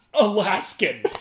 Alaskan